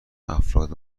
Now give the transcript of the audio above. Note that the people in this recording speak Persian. افراد